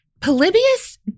Polybius